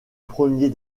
premier